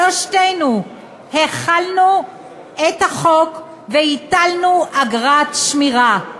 שלושתנו החלנו את החוק והטלנו אגרת שמירה.